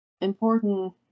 important